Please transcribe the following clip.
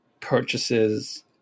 purchases